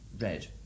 Red